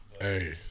Hey